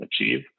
achieve